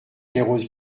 perros